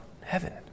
heaven